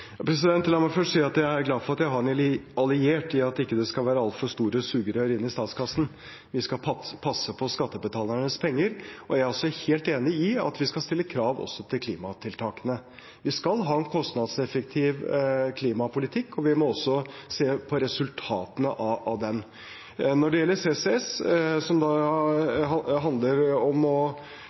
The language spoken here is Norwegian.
La meg først si at jeg er glad for at vi har en alliert i at det ikke skal være altfor store sugerør inn i statskassen. Vi skal passe på skattebetalernes penger. Jeg er også helt enig i at vi skal stille krav også til klimatiltakene. Vi skal ha en kostnadseffektiv klimapolitikk, og vi må også se på resultatene av den. Når det gjelder CCS, som handler om å